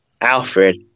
Alfred